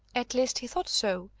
at least he thought so,